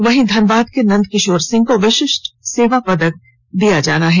वहीं धनबाद के नंदकिशोर सिंह को विशिष्ट सेवा पदक दिया जायेगा